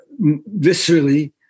viscerally